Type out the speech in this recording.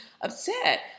upset